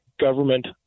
government